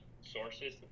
sources